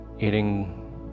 eating